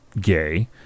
gay